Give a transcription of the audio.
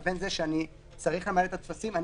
לבין זה שאני צריך למלא את הטפסים ואני